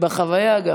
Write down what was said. גם בחוויה.